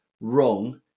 wrong